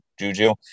juju